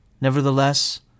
Nevertheless